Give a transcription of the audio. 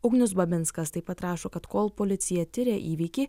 ugnius babenskas taip pat rašo kad kol policija tiria įvykį